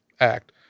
act